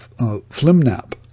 Flimnap